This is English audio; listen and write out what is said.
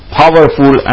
powerful